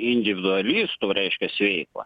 individualistų reiškia seifą